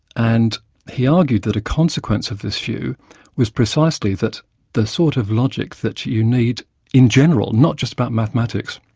and he argued that a consequence of this view was precisely that the sort of logic that you need in general, not just about mathematics,